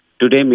Today